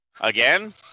Again